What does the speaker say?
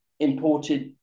imported